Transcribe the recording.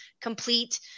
complete